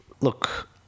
Look